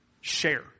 share